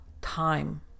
time